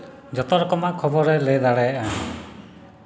ᱡᱚᱛᱚᱨᱚᱠᱚᱢᱟᱜ ᱠᱷᱚᱵᱚᱨᱮ ᱞᱟᱹᱭ ᱫᱟᱲᱮᱭᱟᱜᱼᱟ